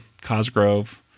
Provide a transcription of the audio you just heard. Cosgrove